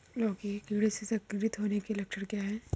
लौकी के कीड़ों से संक्रमित होने के लक्षण क्या हैं?